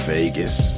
Vegas